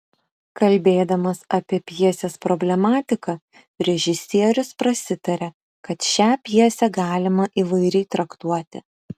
kalbėdamas apie pjesės problematiką režisierius prasitaria kad šią pjesę galima įvairiai traktuoti